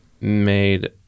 made